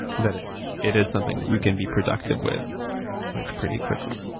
that it it is something that you can be productive with with pretty quickly.